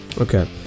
Okay